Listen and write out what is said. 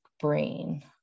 brain